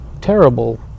terrible